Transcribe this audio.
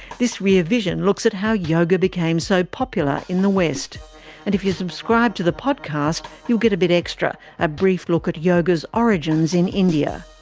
this rear vision looks at how yoga became so popular in the west and if you subscribe to the podcast, you'll get a bit extra a brief look at yoga's origins in india.